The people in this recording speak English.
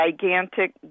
gigantic